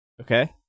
Okay